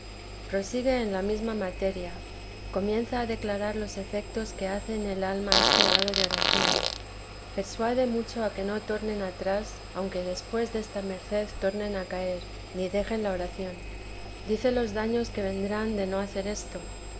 en la mesma materia comienza a declarar los efectos que hace en el alma este grado de oración persuade mucho a que no tornen atrás aunque después desta merced tornen a caer ni dejen la oración dice los daños que vernán de no hacer esto